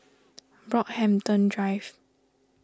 Brockhampton Drive